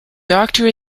doctor